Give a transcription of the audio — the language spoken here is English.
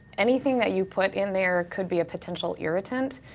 anything that you put in there could be a potential irritant,